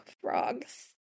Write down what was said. frogs